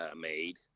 made